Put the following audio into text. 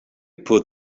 put